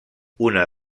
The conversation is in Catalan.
una